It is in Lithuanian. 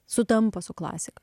sutampa su klasika